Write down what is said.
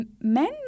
Men